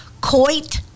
Coit